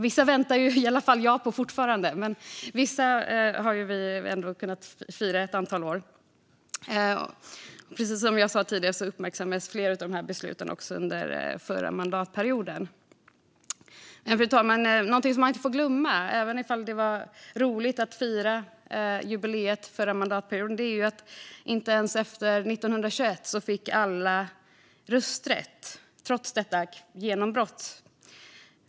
Vissa väntar i alla fall jag på fortfarande, men vissa har vi kunnat fira i ett antal år. Som jag sa tidigare uppmärksammades flera av de här besluten under förra mandatperioden. Fru talman! Något man inte får glömma, även om det var roligt att fira jubileet förra mandatperioden, är att inte ens efter genombrottet 1921 fick alla rösträtt.